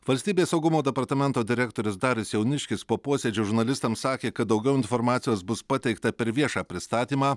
valstybės saugumo departamento direktorius darius jauniškis po posėdžio žurnalistams sakė kad daugiau informacijos bus pateikta per viešą pristatymą